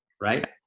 right